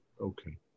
okay